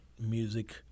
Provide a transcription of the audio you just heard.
music